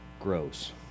grows